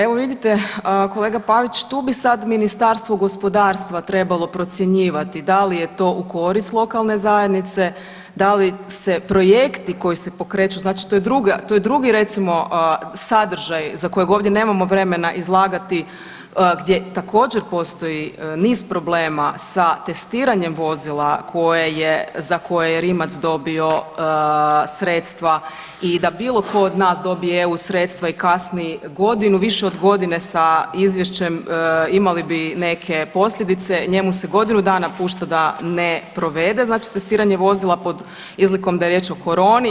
Evo vidite, kolega Pavić, tu bi sad Ministarstvo gospodarstva trebalo procjenjivati da li je to u korist lokalne zajednice, da li se projekti koji se pokreću, znači to je drugi recimo sadržaj za kojeg ovdje nemamo vremena izlagati gdje također, postoji niz problema sa testiranjem vozila koje je, za koje je Rimac dobio sredstva i da bilo tko od nas dobije EU sredstva i kasni godinu, više od godine sa izvješćem, imali bi neke posljedice, njemu se godinu dana pušta da ne provede znači testiranje vozila pod izlikom da je riječ o koroni.